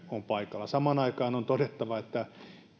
on paikallaan samaan aikaan on todettava että ei